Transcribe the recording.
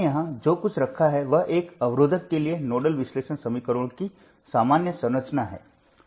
मैंने यहां जो कुछ रखा है वह एक अवरोधक के लिए नोडल विश्लेषण समीकरणों की सामान्य संरचना है